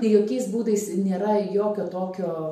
tai jokiais būdais nėra jokio tokio